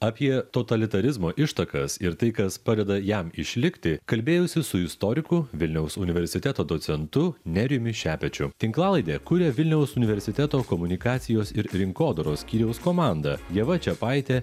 apie totalitarizmo ištakas ir tai kas padeda jam išlikti kalbėjausi su istoriku vilniaus universiteto docentu nerijumi šepečiu tinklalaidę kuria vilniaus universiteto komunikacijos ir rinkodaros skyriaus komanda ieva čiapaitė